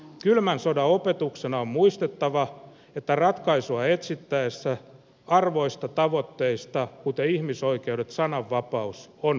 kylmän sodan opetuksena on muistettava että ratkaisua etsittäessä arvoista tavoitteista kuten ihmisoikeuksista sananvapaudesta on pidettävä kiinni